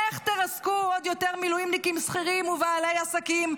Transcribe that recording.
איך תרסקו עוד יותר מילואימניקים שכירים ובעלי עסקים,